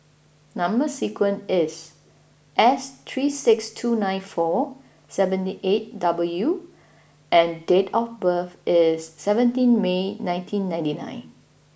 number sequence is S three six two nine four seven eight W and date of birth is seventeen May nineteen ninety nine